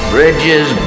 Bridges